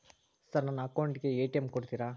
Sir ನನ್ನ account ಗೆ ATM ಕೊಡುತ್ತೇರಾ?